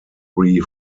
three